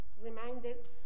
reminded